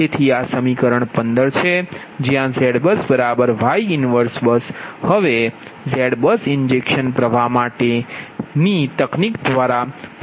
તેથી આ સમીકરણ 15 છે જ્યાં ZBUSYBUS 1 હવે ZBUS ઈન્જેક્શન પ્ર્વાહ માટેનીતકનીક દ્વારા ફોર્મ્યુલેશન